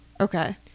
Okay